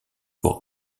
pour